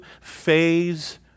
phase